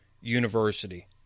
University